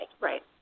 Right